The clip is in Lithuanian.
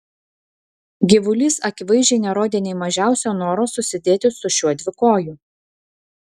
gyvulys akivaizdžiai nerodė nė mažiausio noro susidėti su šiuo dvikoju